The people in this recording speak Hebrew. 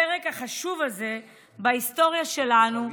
הפרק החשוב הזה בהיסטוריה שלנו,